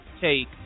take